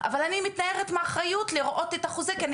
אבל אני מתנערת מהאחריות לראות את החוזה כי אני